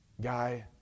guy